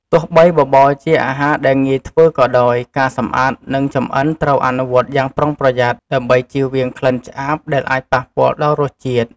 ទោះបីបបរជាអាហារដែលងាយធ្វើក៏ដោយ ការសម្អាត និងចម្អិនត្រូវអនុវត្តយ៉ាងប្រុងប្រយ័ត្ន ដើម្បីជៀសវាងក្លិនឆ្អាបដែលអាចប៉ះពាល់ដល់រសជាតិ។